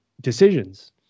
decisions